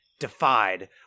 defied